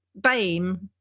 BAME